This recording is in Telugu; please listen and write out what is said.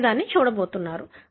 అదే మీరు చూడబోతున్నారు